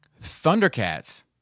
Thundercats